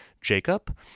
Jacob